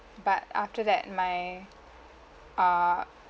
but after that my err